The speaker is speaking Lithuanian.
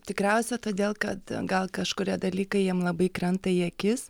tikriausiai todėl kad gal kažkurie dalykai jiem labai krenta į akis